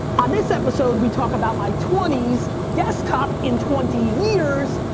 on this episode, we talk about my twenties, desktop in twenty years,